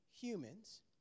humans